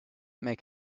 make